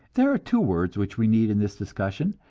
there are two words which we need in this discussion,